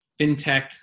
FinTech